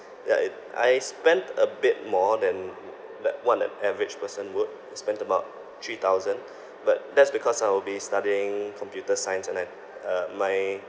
ya it I spent a bit more than like what an average person would I spent about three thousand but that's because I'll be studying computer science and I uh my